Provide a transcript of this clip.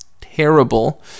terrible